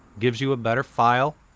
gives you a better file,